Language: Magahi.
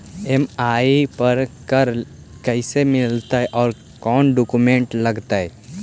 ई.एम.आई पर कार कैसे मिलतै औ कोन डाउकमेंट लगतै?